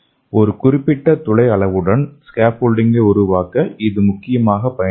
ஒரு குறிப்பிட்ட துளை அளவுடன் ஸ்கேஃபோல்டிங்கை உருவாக்க இது முக்கியமாக பயன்படும்